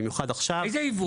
במיוחד עכשיו --- איזה עיוות?